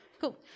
Cool